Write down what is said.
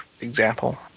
example